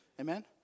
Amen